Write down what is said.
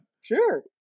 Sure